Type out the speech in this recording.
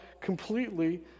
completely